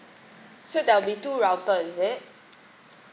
so there will be two router is it